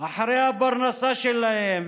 אחרי הפרנסה שלהם,